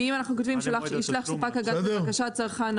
עד למועד התשלום זה בסדר?